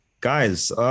guys